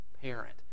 parent